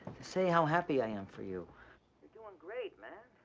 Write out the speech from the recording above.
to say how happy i am for you. you're doing great, man.